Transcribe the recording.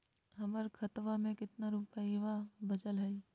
हमर खतवा मे कितना रूपयवा बचल हई?